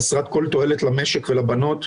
חסרת כל תועלת למשק ולבנות,